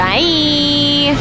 Bye